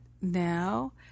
now